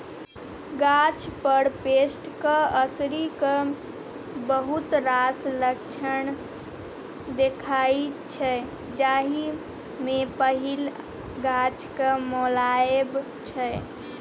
गाछ पर पेस्टक असरिक बहुत रास लक्षण देखाइ छै जाहि मे पहिल गाछक मौलाएब छै